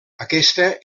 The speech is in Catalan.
aquesta